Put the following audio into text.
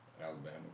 Alabama